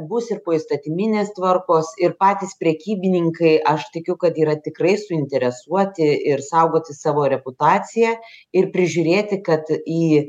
bus ir poįstatyminės tvarkos ir patys prekybininkai aš tikiu kad yra tikrai suinteresuoti ir saugoti savo reputaciją ir prižiūrėti kad į